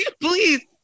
Please